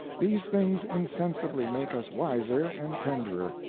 these things insensibly make us wiser and tenderer,